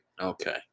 Okay